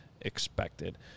expected